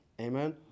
Amen